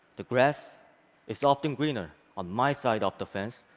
the grass is often greener on my side of the fence,